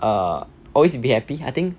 err always be happy I think